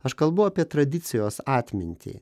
aš kalbu apie tradicijos atmintį